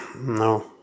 no